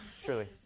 Surely